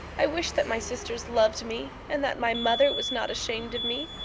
i wish that my sisters loved me and that my mother was not ashamed of me.